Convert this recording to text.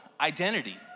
identity